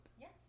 Yes